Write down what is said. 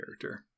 character